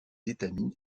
étamines